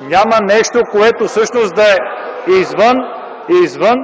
Няма нещо, което е извън